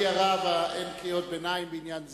אין קריאות ביניים בעניין זה.